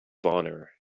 honor